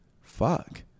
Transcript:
Fuck